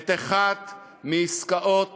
את אחת מעסקאות